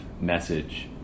message